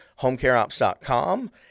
homecareops.com